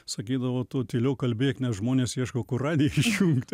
sakydavo tu tyliau kalbėk nes žmonės ieško kur radiją išjungti